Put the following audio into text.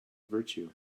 virtue